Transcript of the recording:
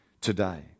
today